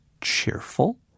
cheerful